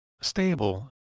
stable